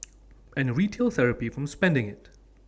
and retail therapy from spending IT